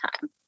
time